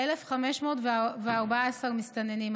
1,514 מסתננים,